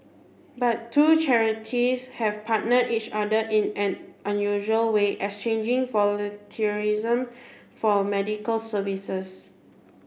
but two charities have partnered each other in an unusual way exchanging volunteerism for medical services